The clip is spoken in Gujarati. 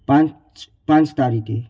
પાંચ પાંચ તારીખે